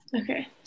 Okay